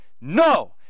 no